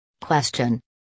Question